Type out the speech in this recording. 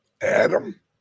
Adam